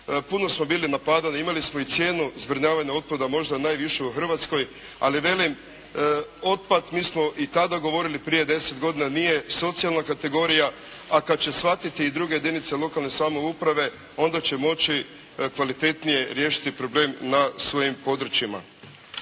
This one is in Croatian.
Puno smo bili napadani, imali smo i cijenu zbrinjavanja otpada možda i najvišu u Hrvatskoj, ali velim otpad, mi smo i tada govorili, prije 10 godina, nije socijalna kategorija, a kad će shvatiti i druge jedinice lokalne samouprave, onda će moći kvalitetnije riješiti problem na svojim područjima.